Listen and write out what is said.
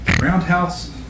roundhouse